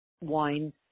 wine